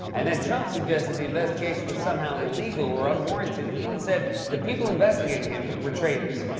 and then trump suggested the investigation was somehow illegal or unwarranted, and even said the people investigating him were traitors.